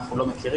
אנחנו לא מכירים,